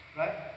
right